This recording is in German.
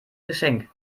geschenk